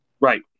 Right